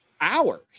hours